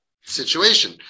situation